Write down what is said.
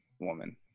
woman